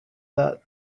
that